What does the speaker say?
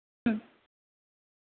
ம்